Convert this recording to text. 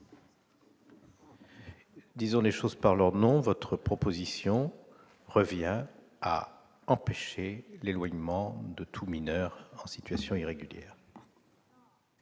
Disons les choses clairement : votre proposition revient à empêcher l'éloignement de tout mineur en situation irrégulière.